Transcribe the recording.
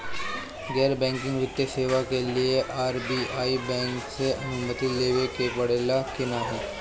गैर बैंकिंग वित्तीय सेवाएं के लिए आर.बी.आई बैंक से अनुमती लेवे के पड़े ला की नाहीं?